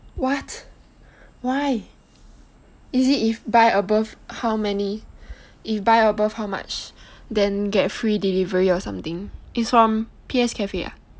what why is it buy above how many if buy above how much then get free delivery or something it's from P_S cafe ah